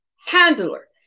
handler